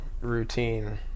routine